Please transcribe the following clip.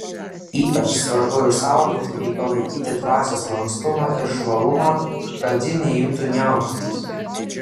ypač svarbu išsaugoti bei palaikyti dvasios lankstumą ir žvalumą kad ji neimtų niauktis